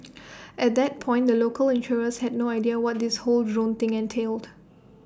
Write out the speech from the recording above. at that point the local insurers had no idea what this whole drone thing entailed